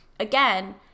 Again